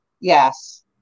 Yes